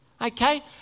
okay